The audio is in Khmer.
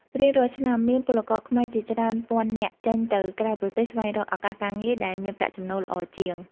រៀងរាល់ឆ្នាំ មានពលករខ្មែរជាច្រើនពាន់នាក់ចេញទៅក្រៅប្រទេសស្វែងរកឱកាសការងារដែលមានប្រាក់ចំណូលល្អជាង។